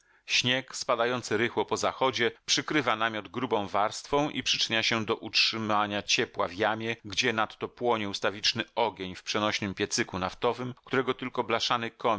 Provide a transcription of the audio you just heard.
śnieg spadający rychło po zachodzie przykrywa namiot grubą warstwą i przyczynia się do utrzymania ciepła w jamie gdzie nadto płonie ustawiczny ogień w przenośnym piecyku naftowym którego tylko